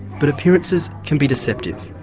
but appearances can be deceptive.